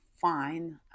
fine